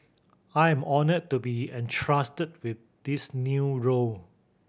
I am honoured to be entrusted with this new role